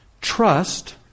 trust